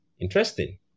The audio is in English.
Interesting